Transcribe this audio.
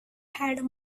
had